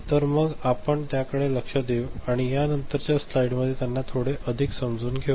तर मग आपण त्याकडे लक्ष देऊ आणि यानंतरच्या स्लाइड्समध्ये त्यांना थोडे अधिक समजून घेऊ